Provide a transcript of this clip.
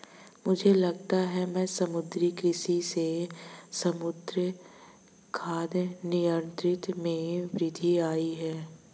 मुझे लगता है समुद्री कृषि से समुद्री खाद्य निर्यात में वृद्धि आयी है